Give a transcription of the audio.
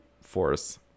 force